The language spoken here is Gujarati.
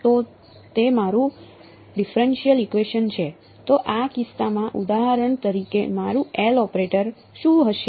તો તે મારું ડિફરેનશીયલ ઇકવેશન છે તો આ કિસ્સામાં ઉદાહરણ તરીકે મારું L ઓપરેટર શું હશે